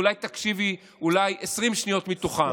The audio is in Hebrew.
אולי תקשיבי 20 שניות מתוכן.